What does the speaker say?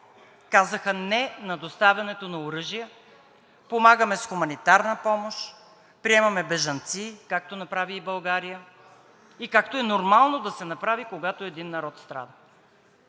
казаха: „Не! – на доставянето на оръжие. Помагаме с хуманитарна помощ, приемаме бежанци.“ Както направи и България и както е нормално да се направи, когато един народ страда.